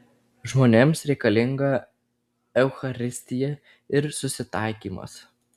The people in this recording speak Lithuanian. žmonėms reikalinga eucharistija ir susitaikymas